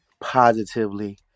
positively